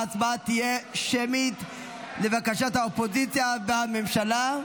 ההצבעה תהיה שמית, לבקשת האופוזיציה והממשלה.